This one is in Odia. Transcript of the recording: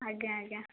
ଆଜ୍ଞା ଆଜ୍ଞା